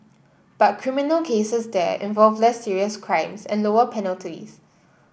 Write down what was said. but criminal cases there involve less serious crimes and lower penalties